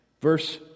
Verse